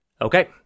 Okay